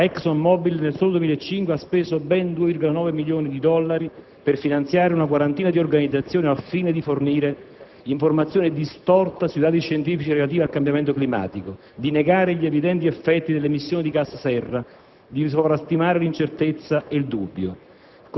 sulla realtà e sulla portata del cambiamento climatico. La ExxonMobil, nel solo 2005, ha speso ben 2,9 milioni di dollari per finanziare una quarantina di organizzazioni al fine di fornire informazioni distorte sui dati scientifici relativi al cambiamento climatico, di negare gli evidenti effetti delle emissioni di gas serra,